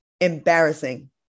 embarrassing